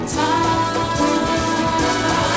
time